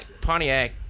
Pontiac